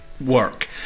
work